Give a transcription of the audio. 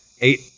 eight